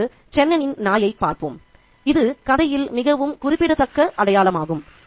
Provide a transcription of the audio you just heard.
இப்போது சென்னனின் நாயைப் பார்ப்போம் இது கதையில் மிகவும் குறிப்பிடத்தக்க அடையாளமாகும்